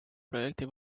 projekti